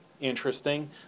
Interesting